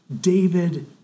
David